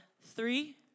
three